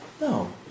No